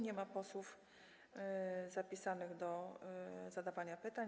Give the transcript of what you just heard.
Nie ma posłów zapisanych do zadawania pytań.